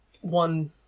one